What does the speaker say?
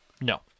No